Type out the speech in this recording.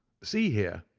see here!